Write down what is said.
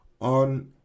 on